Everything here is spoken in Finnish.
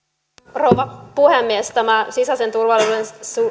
rouva puhemies tämä sisäisen turvallisuuden